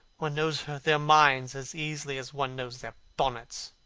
one knows their minds as easily as one knows their bonnets.